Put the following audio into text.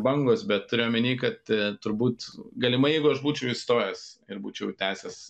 bangos bet turiu omeny kad turbūt galimai jeigu aš būčiau įstojęs ir būčiau tęsęs